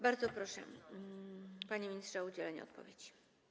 Bardzo proszę, panie ministrze, o udzielenie odpowiedzi.